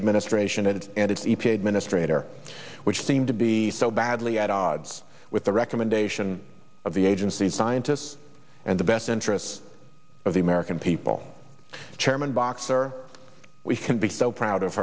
administration and its and its e p a administrator which seem to be so badly at odds with the recommendation of the agency's scientists and the best interests of the american people chairman boxer we can be so proud of